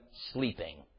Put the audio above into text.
sleeping